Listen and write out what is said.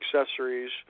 accessories